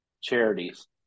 charities